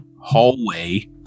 hallway